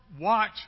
watch